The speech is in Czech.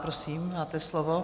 Prosím, máte slovo.